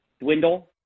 dwindle